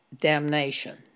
damnation